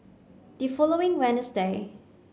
the following